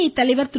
ஐ தலைவர் திரு